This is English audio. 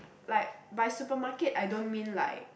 like by supermarket I don't mean like